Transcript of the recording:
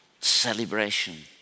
celebration